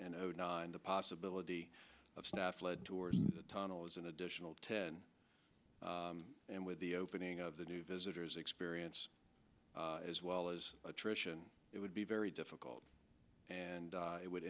for and the possibility of staff led tours the tunnel is an additional ten and with the opening of the new visitors experience as well as attrition it would be very difficult and it would